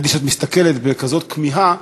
ראיתי שאת מסתכלת בכזאת כמיהה,